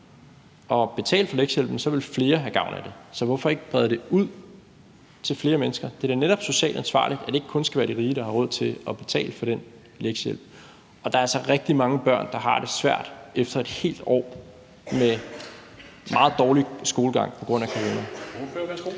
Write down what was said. at betale for lektiehjælpen, ville flere have gavn af det. Så hvorfor ikke brede det ud til flere mennesker? Det er da netop socialt ansvarligt, at det ikke kun skal være de rige, der har råd til at betale for den lektiehjælp. Og der er altså rigtig mange børn, der har det svært efter et helt år med meget dårlig skolegang på grund af corona.